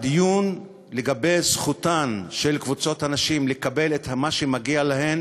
הדיון לגבי זכותן של קבוצות הנשים לקבל את מה שמגיע להן